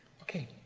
okay.